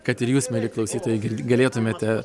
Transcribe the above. kad ir jūs mieli klausytojai girdi galėtumėte